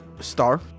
Star